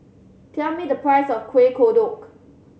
tell me the price of Kuih Kodok